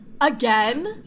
again